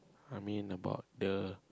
I mean about the